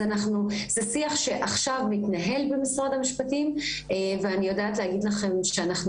זה שיח שעכשיו מתנהל במשרד המשפטים ואני יודעת להגיד לכם שאנחנו